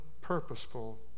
purposeful